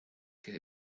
que